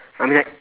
I mean like